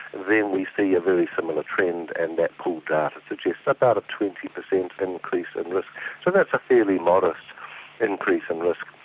then we see a very similar trend, and that pooled data suggests about a twenty percent increase in risk, so that's a fairly modest increase in risk.